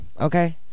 Okay